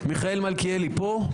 מיכאל מלכיאלי פה,